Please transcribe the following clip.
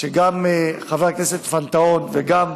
שגם חבר כנסת פנתהון וגם